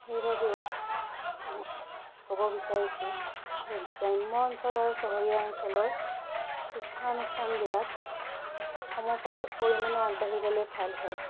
সেইবাবে ম ক'ব বিচাৰিছোঁ যে গ্ৰাম্য অঞ্চল আৰু চহৰীয়া অঞ্চলৰ শিক্ষানুষ্ঠানবিলাক সম পৰিমাণে আগবাঢ়ি গ'লে ভাল হয়